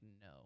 no